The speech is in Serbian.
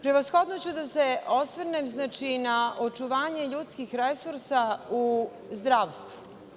Prevashodno ću da se osvrnem na očuvanje ljudskih resursa u zdravstvu.